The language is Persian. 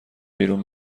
بیرون